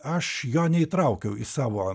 aš jo neįtraukiau į savo